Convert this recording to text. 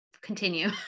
continue